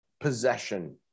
possession